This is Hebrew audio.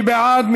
מי בעד?